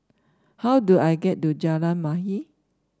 how do I get to Jalan Mahir